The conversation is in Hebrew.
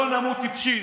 שלא נמות טיפשים.